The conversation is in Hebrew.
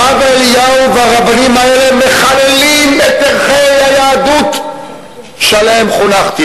הרב אליהו והרבנים האלה מחללים את ערכי היהדות שעליהם חונכתי.